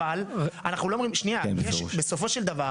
אבל, שנייה, בסופו של דבר,